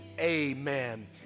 amen